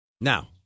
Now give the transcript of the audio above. Now